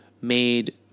made